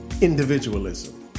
individualism